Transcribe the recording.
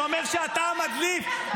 שאומר שאתה המדליף,